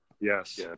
Yes